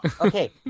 Okay